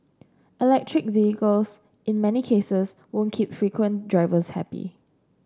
electric vehicles in many cases won't keep frequent drivers happy